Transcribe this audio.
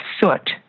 soot